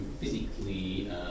physically